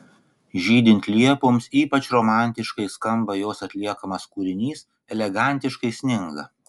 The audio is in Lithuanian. žydint liepoms ypač romantiškai skamba jos atliekamas kūrinys elegantiškai sninga